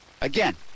again